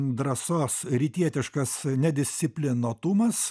drąsos rytietiškas nedisciplinuotumas